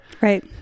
right